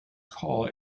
call